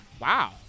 wow